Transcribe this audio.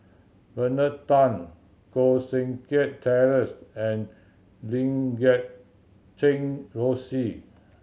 Bernard Tan Koh Seng Kiat Terence and Lim Guat Kheng Rosie